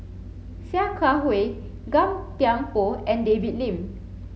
Sia Kah Hui Gan Thiam Poh and David Lim